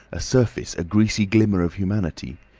a surface, a greasy glimmer of humanity.